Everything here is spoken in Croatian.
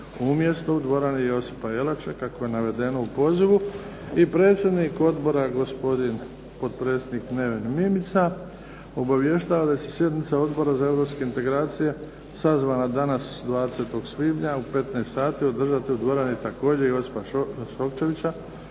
umjesto u dvorani Josipa Jelačića kako je navedeno u pozivu. I predsjednik Odbora gospodin potpredsjednik Neven Mimica obavještava da će se sjednica Odbora za europske integracije sazvana danas 20. svibnja u 15,00 sati održati u dvorani također Josipa Šokčevića